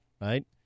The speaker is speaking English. right